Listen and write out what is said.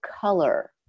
color